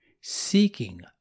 seeking